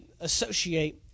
associate